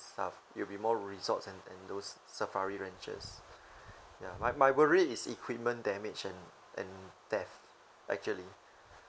and and stuff it will be more resorts and and those safari ranches ya my my worry is equipment damage and and theft actually